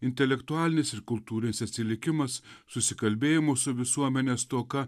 intelektualinis ir kultūrinis atsilikimas susikalbėjimo su visuomene stoka